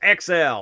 XL